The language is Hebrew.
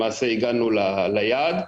למעשה הגענו ליעד.